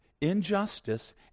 injustice